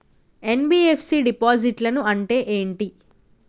NBFC డిపాజిట్లను అంటే ఏంటి?